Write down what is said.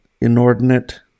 inordinate